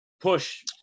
push